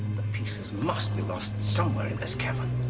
pieces must be lost somewhere in this cavern.